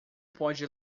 pode